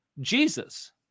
Jesus